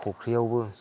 फख्रिआवबो